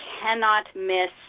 cannot-miss